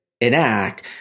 enact